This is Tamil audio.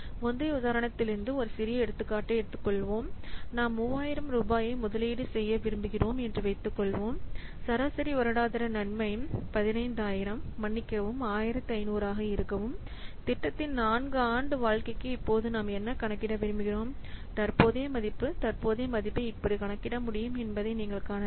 முந்தைய உதாரணத்திலிருந்து ஒரு சிறிய எடுத்துக்காட்டை எடுத்துக்கொள்வோம் நாம் 3000 ரூபாயை முதலீடு செய்ய விரும்புகிறோம் என்று வைத்துக்கொள்வோம் சராசரி வருடாந்திர நன்மை 15000 மன்னிக்கவும் 1500 ஆக இருக்கும் திட்டத்தின் நான்கு ஆண்டு வாழ்க்கைக்கு இப்போது நாம் என்ன கணக்கிட விரும்புகிறோம் தற்போதைய மதிப்பு தற்போதைய மதிப்பை இப்படி கணக்கிட முடியும் என்பதை நீங்கள் காணலாம்